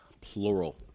plural